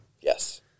Yes